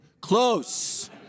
close